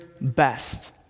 best